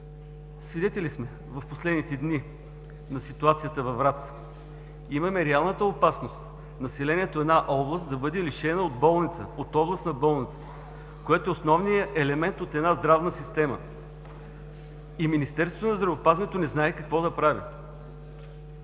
Свидетели сме в последните дни на ситуацията във Враца. Има реална опасност населението в една област да бъде лишено от болница, от областна болница, която е основният елемент от една здравна система. Министерството на здравеопазването не знае какво да прави.